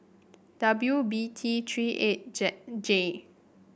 W B T Three eight J